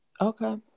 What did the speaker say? Okay